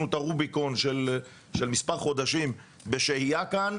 את הרוביקון של מספר חודשים בשהייה כאן,